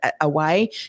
away